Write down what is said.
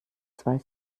zwei